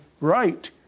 right